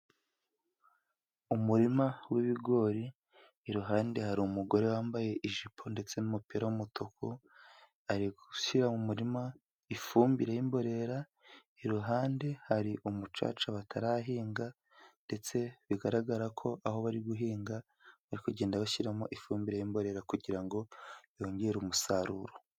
Umurima w'ibigori , iruhande hari umugore wambaye ijipo, ndetse n'umupira w'umutuku ari gushyira mu murima ifumbire y'imborera iruhande hari umucaca batarahinga, ndetse bigaragara ko aho bari guhinga bari kugenda bashyiramo ifumbire mborera, kugira ngo yongere umusaruro.